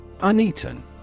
Uneaten